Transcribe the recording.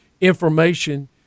information